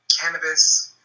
cannabis